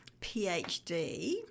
PhD